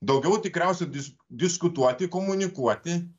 daugiau tikriausiai dis diskutuoti komunikuoti